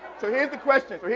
so here's the question.